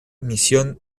mission